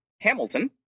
Hamilton